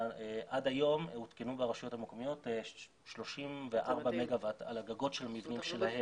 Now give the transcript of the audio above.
עד היום הותקנו ברשויות המקומיות 34 מגה וואט על הגגות של מבנים שלהם.